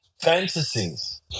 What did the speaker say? fantasies